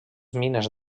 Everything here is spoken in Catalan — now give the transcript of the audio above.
mines